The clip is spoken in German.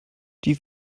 die